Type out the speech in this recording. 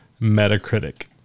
Metacritic